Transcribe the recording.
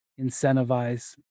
incentivize